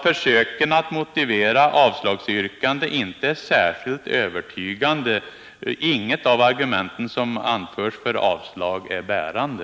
Försöken att motivera ett avslagsyrkande är inte särskilt övertygande — inget av de argument som anförs för avslag är bärande.